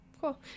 cool